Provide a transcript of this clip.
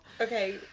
Okay